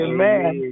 Amen